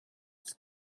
qui